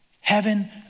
Heaven